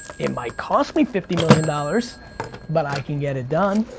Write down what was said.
it might cost me fifty million dollars but i can get it done.